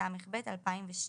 התשס"ב 2002,